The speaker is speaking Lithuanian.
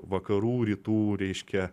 vakarų rytų reiškia